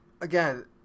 again